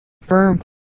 firm